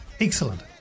Excellent